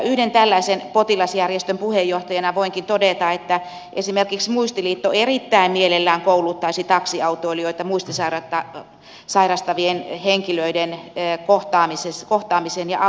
yhden tällaisen potilasjärjestön puheenjohtajana voinkin todeta että esimerkiksi muistiliitto erittäin mielellään kouluttaisi taksiautoilijoita muistisairautta sairastavien henkilöiden kohtaamiseen ja auttamiseen